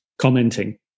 commenting